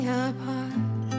apart